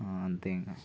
అంతే ఇంకా